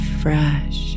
fresh